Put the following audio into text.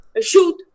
Shoot